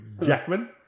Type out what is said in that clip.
Jackman